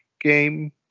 game